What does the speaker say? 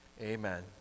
amen